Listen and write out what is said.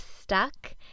stuck